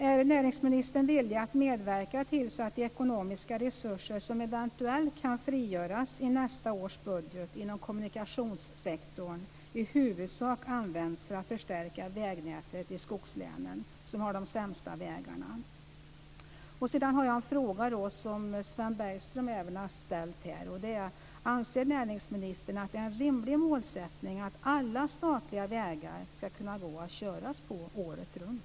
Är näringsministern villig att medverka till att de ekonomiska resurser som eventuellt kan frigöras i nästa års budget inom kommunikationssektorn i huvudsak används för att förstärka vägnätet i skogslänen, som har de sämsta vägarna? Sedan har jag en fråga som även Sven Bergström har ställt. Anser näringsministern att det är en rimlig målsättning att alla statliga vägar ska kunna gå att köras på året runt?